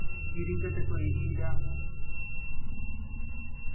ᱠᱤᱨᱤᱧ ᱠᱟᱛᱮ ᱠᱚ ᱤᱫᱤᱭᱮᱫᱟ